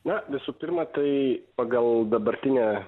na visų pirma tai pagal dabartinę